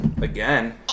Again